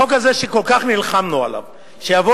החוק הזה שכל כך נלחמנו עליו שיבוא